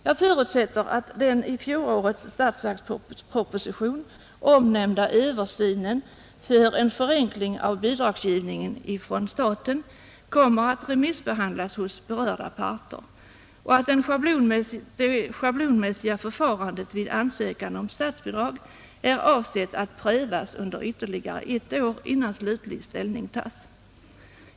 Jag förutsätter att den i fjolårets statsverksproposition omnämnda översynen för att åstadkomma en förenkling av bidragsgivningen från staten kommer att remissbehandlas hos berörda parter och att det schablonmässiga förfarandet vid ansökan om statsbidrag är avsett att prövas under ytterligare ett år innan slutlig ställning tas.